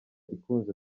ikunze